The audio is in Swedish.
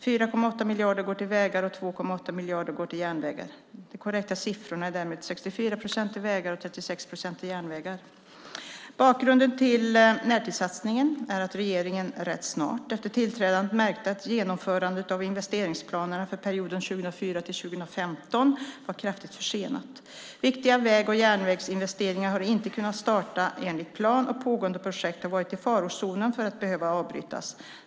4,8 miljarder går till vägar och 2,8 miljarder till järnvägar. De korrekta siffrorna är därmed 64 procent till vägar och 36 procent till järnvägar. Bakgrunden till närtidssatsningen är att regeringen rätt snart efter tillträdandet märkte att genomförandet av investeringsplanerna för perioden 2004-2015 var kraftigt försenat. Viktiga väg och järnvägsinvesteringar har inte kunnat starta enligt plan, och pågående projekt har varit i farozonen för att behöva avbrytas.